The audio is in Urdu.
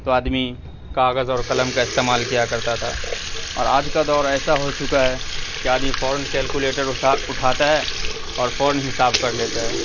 تو آدمی کاغذ اور قلم کا استعمال کیا کرتا تھا اور آج کا دور ایسا ہو چکا ہے کہ آدمی فوراً کیلکولیٹر اتھا اٹھاتا ہے اور فوراً حساب کر لیتا ہے